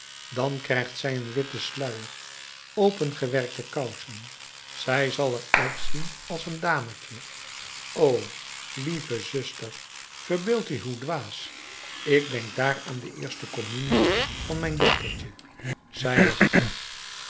dan krijgt zij een witten sluier opengewerkte kousen zij zal er uitzien als een dametje o lieve zuster verbeeld u hoe dwaas ik denk daar aan de eerste communie van mijn dochtertje zij lachte